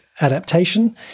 Adaptation